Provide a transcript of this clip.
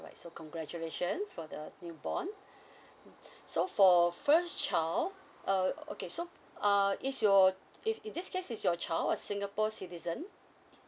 alright so congratulations for the new born mm so for first child err okay so err is your if in this case is your child a singapore citizens